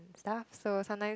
ya so sometimes